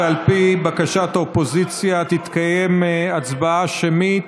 ועל פי בקשת האופוזיציה תתקיים הצבעה שמית.